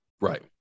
right